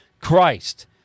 Christ